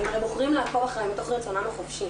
הם הרי בוחרים לעקוב אחריי מתוך רצונם החופשי